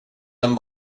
dem